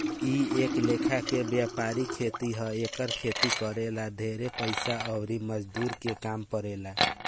इ एक लेखा के वायपरिक खेती ह एकर खेती करे ला ढेरे पइसा अउर मजदूर के काम पड़ेला